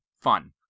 fun